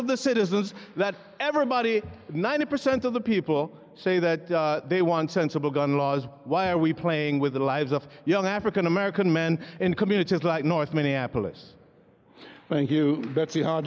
of the citizens that everybody ninety percent of the people say that they want sensible gun laws why are we playing with the lives of young african american men in communities like north minneapolis thank you